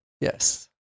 Yes